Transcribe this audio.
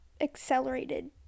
accelerated